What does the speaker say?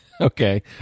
Okay